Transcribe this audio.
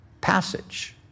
passage